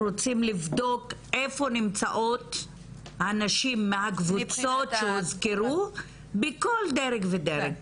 אנחנו רוצים לבדוק איפה נמצאות הנשים מהקבוצות שהוזכרו בכל דרג ודרג,